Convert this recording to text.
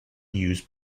use